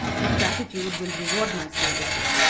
your gratitude will reward my services.